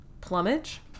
Plumage